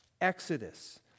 Exodus